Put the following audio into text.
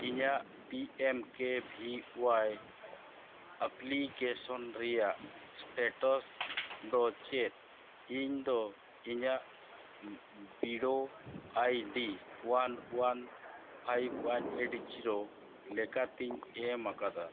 ᱤᱧᱟᱹᱜ P M K V Y application ᱨᱮᱱᱟᱜ status ᱫᱚ ᱪᱮᱫ ᱤᱧᱫᱚ ᱤᱧᱟᱹᱜ ᱵᱤᱰᱟᱹᱣ ID one one five one eight zero ᱞᱮᱠᱟᱛᱤᱧ ᱮᱢ ᱟᱠᱟᱫᱟ